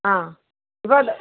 ആ ഇപ്പോൾ അത്